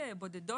בודדות יחסית.